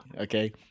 Okay